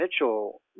Mitchell